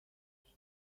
sand